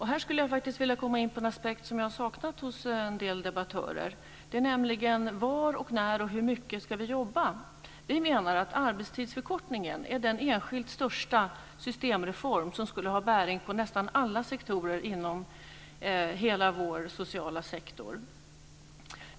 Här skulle jag faktiskt vilja komma in på en aspekt som jag har saknat hos en del debattörer, nämligen var, när och hur mycket ska vi jobba. Vi menar att arbetstidsförkortningen är den enskilt största systemreform som skulle ha bäring på nästan alla sektorer inom det sociala området.